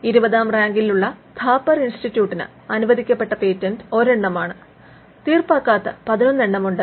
ഇരുപതാം റാങ്കിലുള്ള ഥാപ്പർ ഇൻസ്റ്റിറ്റ്യൂട്ടിന് അനുവദിക്കപ്പെട്ട പേറ്റന്റ് ഒരെണ്ണമാണ് തീർപ്പാക്കാത്ത 11 എണ്ണമുണ്ട്